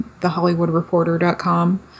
thehollywoodreporter.com